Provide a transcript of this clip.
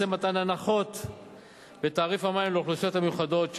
מתן הנחות בתעריף המים לאוכלוסיות מיוחדות,